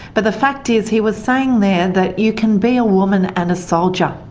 but the fact is, he was saying there that you can be a woman and a soldier.